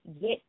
get